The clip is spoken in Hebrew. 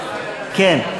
כן.